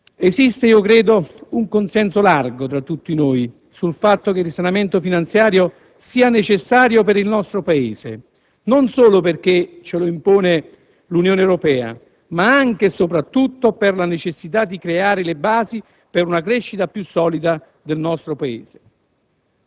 Esiste - io credo - un consenso largo tra tutti noi sul fatto che il risanamento finanziario sia necessario per il nostro Paese, non solo perché ce lo impone l'Unione Europea, ma anche e soprattutto per la necessità di creare le basi per una crescita più solida del nostro Paese.